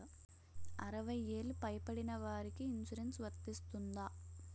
అరవై ఏళ్లు పై పడిన వారికి ఇన్సురెన్స్ వర్తిస్తుందా?